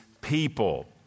people